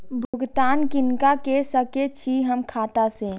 भुगतान किनका के सकै छी हम खाता से?